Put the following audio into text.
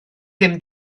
ddim